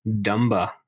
Dumba